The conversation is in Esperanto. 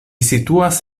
situas